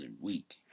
week